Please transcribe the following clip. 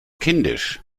kindisch